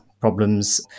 problems